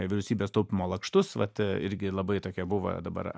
vyriausybės taupymo lakštus vat irgi labai tokie buvo dabar